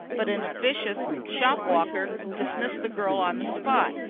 but an officious shop-walker dismissed the girl on the spot,